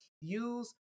Use